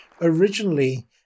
Originally